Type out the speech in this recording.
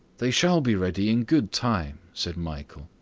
they shall be ready in good time, said michael.